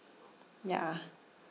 ya